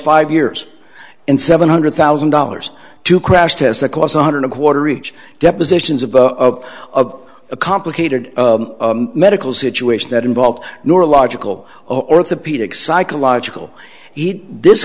five years and seven hundred thousand dollars to crash tests that cause one hundred a quarter each depositions of of of a complicated medical situation that involved neurological orthopedic psychological eat this